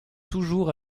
toujours